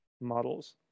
models